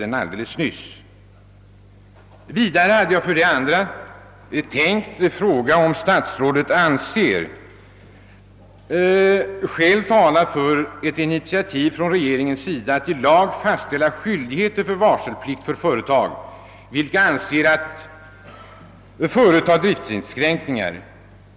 Vidare hade jag tänkt fråga, om statsrådet anser skäl tala för ett initiativ från regeringen till att i lag fastställa skyldighet till varselplikt för företag, vilka avser att företa driftinskränkningar.